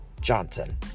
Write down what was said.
Johnson